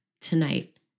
tonight